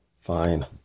fine